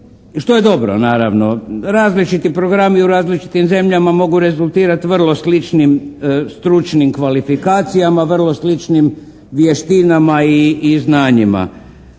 što je dobro naravno. Različiti programi u različitim zemljama mogu rezultirati vrlo sličnim stručnim kvalifikacijama, vrlo sličnim vještinama i znanjima.